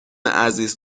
عزیز